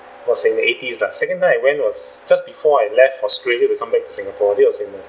was in the eighties lah second time I went was just before I left australia to come back to singapore that was in uh